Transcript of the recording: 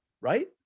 right